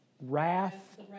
wrath